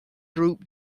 group